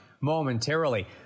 momentarily